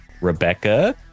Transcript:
rebecca